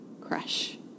crush